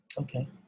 Okay